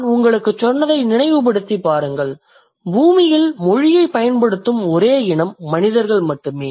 நான் உங்களுக்குச் சொன்னதை நினைவுபடுத்திப் பாருங்கள் பூமியில் மொழியைப் பயன்படுத்தும் ஒரே இனம் மனிதர்கள் மட்டுமே